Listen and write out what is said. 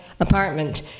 Apartment